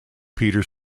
peter